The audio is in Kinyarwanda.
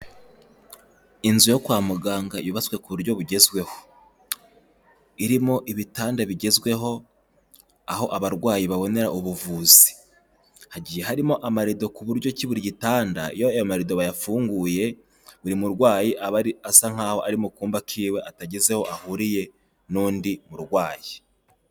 Inzu yo kwa muganga yubatswe ku buryo bugezweho. Irimo ibitanda bigezweho aho abarwayi babonera ubuvuzi. Hagiye harimo amarido ku buryo ki buri gitanda iyo ayo marido bayafunguye, buri murwayi aba asa nkaho ari mu kumba kiwe atagize aho ahuriye n'undi murwayi.